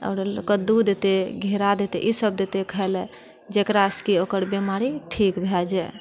आओर कद्दू देतय घेरा देतय ईसभ देतय खाइले जेकरासँ कि ओकर बीमारी ठीक भै जाइ